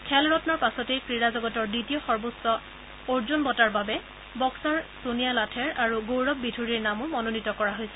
খেল ৰম্নৰ পাছতেই ক্ৰীড়া জগতৰ দ্বিতীয় সৰ্বোচ্চ অৰ্জুন বঁটাৰ বাবে বক্সাৰ ছোনিয়া লাথেৰ আৰু গৌৰৱ বিধুৰীৰ নামো মনোনীত কৰা হৈছে